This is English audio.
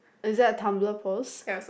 is that Tumblr post